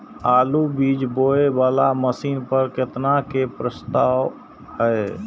आलु बीज बोये वाला मशीन पर केतना के प्रस्ताव हय?